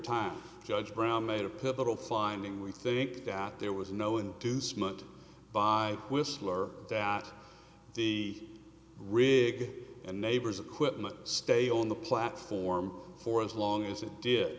time judge brown made a pivotal finding we think that there was no inducement by whistler that the rig and neighbors acquit must stay on the platform for as long as it did